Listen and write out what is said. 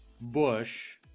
Bush